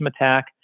attack